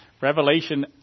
Revelation